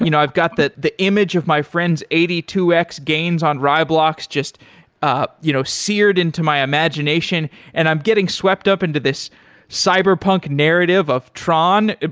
you know i've got the the image of my friends eighty two x gains on raiblocks just you know seared into my imagination and i'm getting swept up into this cyberpunk narrative of tron.